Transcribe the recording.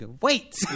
wait